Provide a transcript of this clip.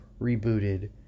rebooted